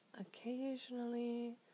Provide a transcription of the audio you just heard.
Occasionally